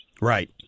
Right